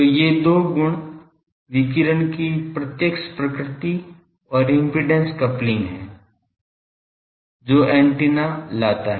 तो ये दो गुण विकिरण की प्रत्यक्ष प्रकृति और इम्पीडेन्स कपलिंग है जो एंटीना लाता है